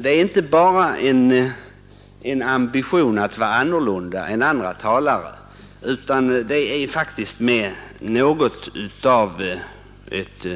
Det är inte bara en ambition att vara annorlunda än andra talare utan det är faktiskt något av ett